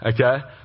Okay